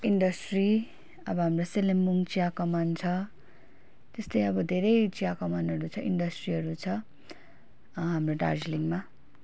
industry अब हाम्रो सेलेम्बुङ चिया कमान छ त्यस्तै अब धेरै चिया कमानहरू छ इन्डस्ट्रीहरू छ हाम्रो दार्जिलिङमा